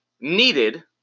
needed